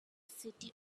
city